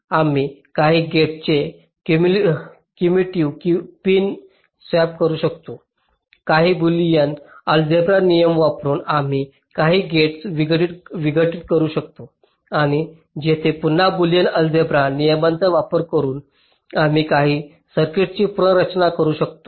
आम्ही काही गेट्सचे कम्युटिव पिन स्वॅप करू शकतो काही बुलियन अलजेब्रा नियम वापरुन आम्ही काही गेट्स विघटित करू शकतो आणि येथे पुन्हा बुलियन अलजेब्रा नियमांचा वापर करून आम्ही काही सर्किट्सची पुनर्रचना करू शकतो